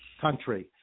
country